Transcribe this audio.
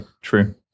true